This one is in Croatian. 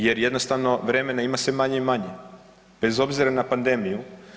Jer jednostavno vremena ima sve manje i manje bez obzira na pandemiju.